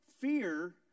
Fear